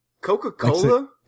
Coca-Cola